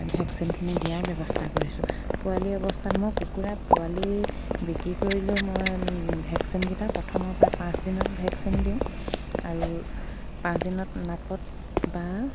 ভেকচিনখিনি দিয়াৰ ব্যৱস্থা কৰিছোঁ পোৱালি অৱস্থাত মই কুকুৰা পোৱালি বিক্ৰী কৰি লৈ মই ভেকচিনকেইটা প্ৰথমৰ পৰা পাঁচদিনত ভেকচিন দিওঁ আৰু পাঁচদিনত নাকত বা